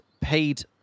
paid